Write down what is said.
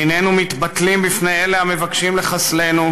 איננו מתבטלים בפני אלה המבקשים לחסלנו